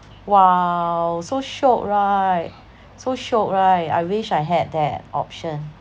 !wow! so syiok right so syiok right I wish I had that option